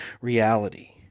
reality